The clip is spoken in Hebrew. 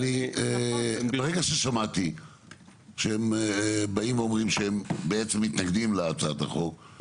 ברגע ששמעתי שהם אומרים שהם מתנגדים להצעת החוק,